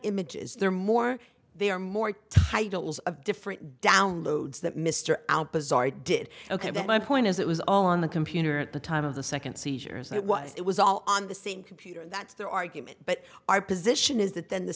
images they're more they are more titles of different downloads that mr out bizarre did ok but my point is it was all on the computer at the time of the second seizures and it was it was all on the same computer and that's their argument but our position is that then the